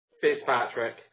Fitzpatrick